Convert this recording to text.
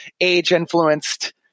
age-influenced